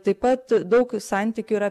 taip pat daug santykių yra